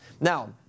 Now